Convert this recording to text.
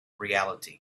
reality